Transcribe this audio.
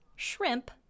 shrimp